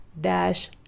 DASH